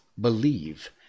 Believe